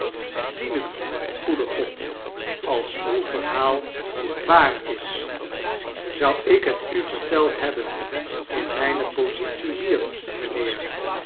dienen g-oede god als uw verhaalwaar is zou ik het u verteld hebben in myne positie hier mynheer